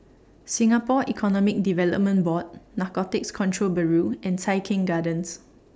Singapore Economic Development Board Narcotics Control Bureau and Tai Keng Gardens